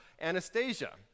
Anastasia